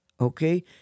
okay